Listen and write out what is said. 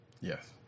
Yes